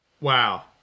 Wow